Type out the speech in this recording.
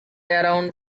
around